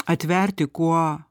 atverti kuo